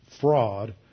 fraud